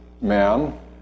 man